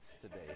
today